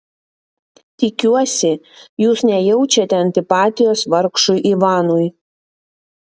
tikiuosi jūs nejaučiate antipatijos vargšui ivanui